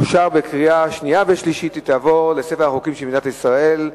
אושרה בקריאה שנייה ושלישית והיא תועבר לספר החוקים של מדינת ישראל.